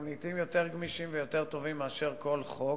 לעתים יותר גמישים ויותר טובים מאשר כל חוק.